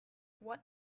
what